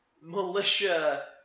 militia